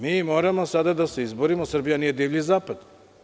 Mi moramo sada da se izborimo, jer Srbija nije divlji Zapad.